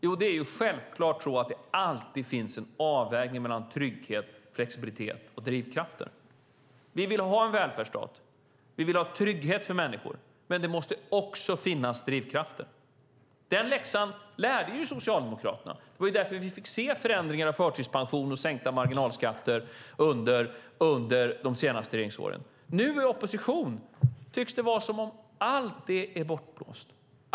Jo, att det självklart alltid finns en avvägning mellan trygghet, flexibilitet och drivkrafter. Vi vill ha en välfärdsstat. Vi vill ha trygghet för människor. Men det måste också finnas drivkrafter. Den läxan lärde Socialdemokraterna. Det var därför vi fick se förändringar av förtidspension och sänkta marginalskatter under de senaste regeringsåren. Nu i opposition tycks det vara som att allt det är bortblåst.